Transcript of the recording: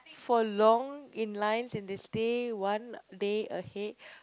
for long in lines and they stay one day ahead